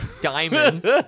diamonds